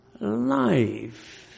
life